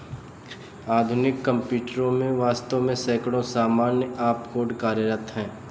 आधुनिक कंप्यूटरों में वास्तव में सैकड़ों सामान्य ऑपकोड कार्यरत हैं